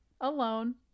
Alone